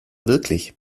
wirklich